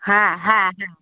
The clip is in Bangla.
হ্যাঁ হ্যাঁ হ্যাঁ